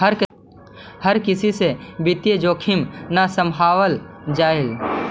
हर किसी से वित्तीय जोखिम न सम्भावल जा हई